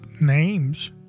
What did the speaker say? names